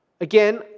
again